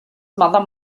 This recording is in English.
mother